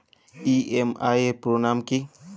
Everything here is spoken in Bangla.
ই.এম.আই এর পুরোনাম কী?